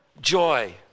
joy